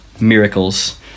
miracles